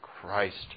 Christ